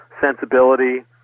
sensibility